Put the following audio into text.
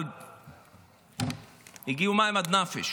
אבל הגיעו מים עד נפש.